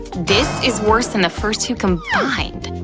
this is worse than the first two combined!